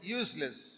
useless